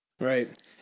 Right